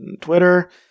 Twitter